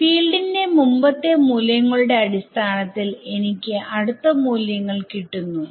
ഫീൽഡിന്റെ മുമ്പത്തെ മൂല്യങ്ങളുടെ അടിസ്ഥാനത്തിൽ എനിക്ക് അടുത്ത മൂല്യങ്ങൾ കിട്ടുന്നു